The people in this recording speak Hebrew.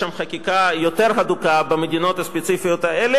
יש גם שוני בחקיקה במדינות שונות בארצות-הברית.